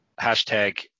hashtag